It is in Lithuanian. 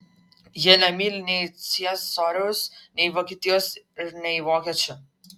jie nemyli nei ciesoriaus nei vokietijos ir nei vokiečių